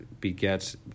begets